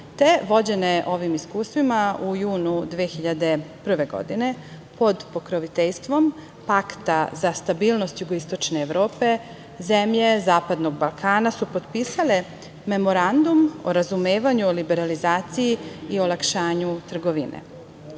Češke. Vođene ovim iskustvima, u junu 2001. godine, pod pokroviteljstvom Pakta za stabilnost jugoistočne Evrope, zemlje zapadnog Balkana su potpisale Memorandum o razumevanju, o liberalizaciji i olakšanju trgovine.